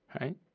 Right